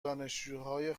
دانشجوهای